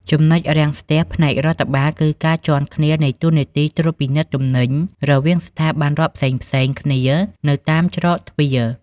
ចំណុចរាំងស្ទះផ្នែករដ្ឋបាល គឺការជាន់គ្នានៃតួនាទីត្រួតពិនិត្យទំនិញរវាងស្ថាប័នរដ្ឋផ្សេងៗគ្នានៅតាមច្រកទ្វារ។